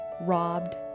robbed